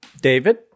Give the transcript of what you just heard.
David